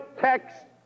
text